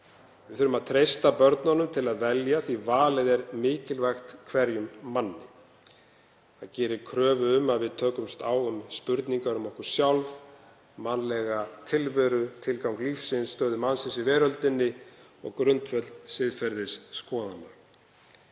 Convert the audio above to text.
Við þurfum að treysta börnunum til að velja því valið er mikilvægt hverjum manni. Það gerir kröfu um að við tökumst á við spurningar um okkur sjálf, mannlega tilveru, tilgang lífsins, stöðu mannsins í veröldinni og grundvöll siðferðisskoðana.